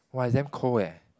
!wah! is damn cold leh